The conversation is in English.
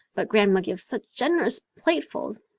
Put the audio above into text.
but grandma gives such generous platefuls.